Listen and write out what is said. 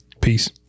Peace